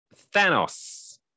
Thanos